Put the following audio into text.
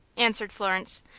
answered florence,